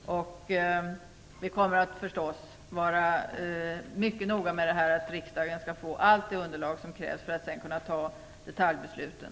Vi kommer naturligtvis att vara mycket noga med att se till att riksdagen får allt det underlag som krävs för att kunna fatta detaljbesluten.